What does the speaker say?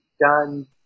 done